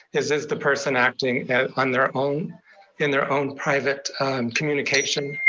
is is the person acting on their own in their own private communication,